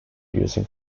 using